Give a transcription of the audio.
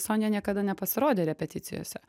sonja niekada nepasirodė repeticijose